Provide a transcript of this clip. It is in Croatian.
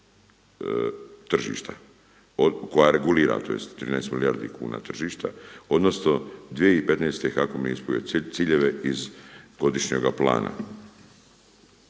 koja regulira tj. 13 milijardi kuna tržišta odnosno 2015. HAKOM nije ispunio ciljeve iz godišnjega plana.